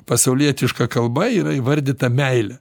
pasaulietiška kalba yra įvardyta meile